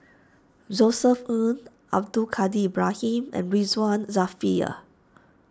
Josef Ng Abdul Kadir Ibrahim and Ridzwan Dzafir